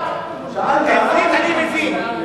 אני מבין.